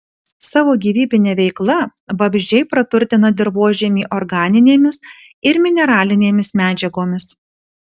savo gyvybine veikla vabzdžiai praturtina dirvožemį organinėmis ir mineralinėmis medžiagomis